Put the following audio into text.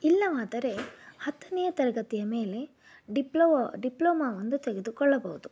ಇಲ್ಲವಾದರೆ ಹತ್ತನೇ ತರಗತಿಯ ಮೇಲೆ ಡಿಪ್ಲೋವ ಡಿಪ್ಲೋಮಾ ಒಂದು ತೆಗೆದುಕೊಳ್ಳಬಹುದು